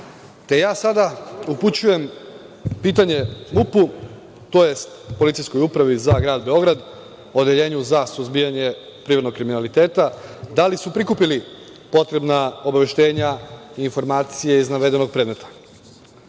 uključujem pitanje MUP-u, tj. Policijskoj upravi za grad Beograd, Odeljenju za suzbijanje privrednog kriminaliteta, da li su prikupili potrebna obaveštenja i informacije iz navedenog predmeta? Neko